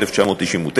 התשנ"ט 1999,